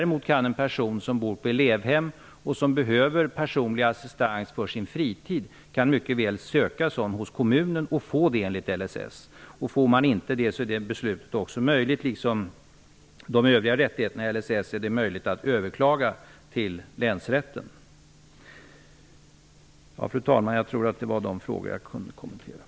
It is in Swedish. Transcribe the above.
En person som bor på elevhem och som behöver personlig assistans på sin fritid kan mycket väl söka sådan hos kommunen och få det enligt LSS. Om man inte får det är det beslutet också möjligt att överklaga till länsrätten, liksom när det gäller de övriga rättigheterna i LSS. Fru talman! Jag tror att det var de frågor jag kunde kommentera.